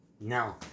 No